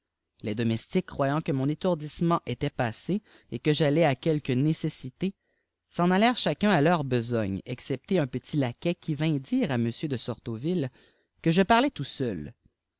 les domestiques croyant que mon étourdissement était assé et que j'allais à quelques nécessités s'en allèrent cjtiacun à éur besogne excepté un petit laquais qui vint dire à m de sortoville que je parlais tout seul